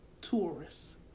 tourists